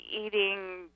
eating